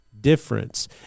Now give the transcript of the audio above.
difference